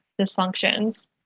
dysfunctions